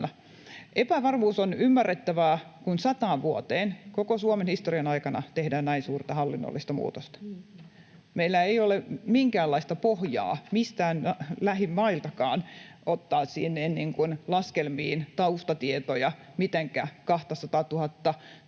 Epävarmuus on ymmärrettävää, kun sataan vuoteen, koko Suomen historian aikana, tehdään näin suurta hallinnollista muutosta. Meillä ei ole minkäänlaista pohjaa mistään lähimailtakaan ottaa sinne laskelmiin taustatietoja, mitenkä 200 000